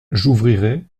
j’ouvrirai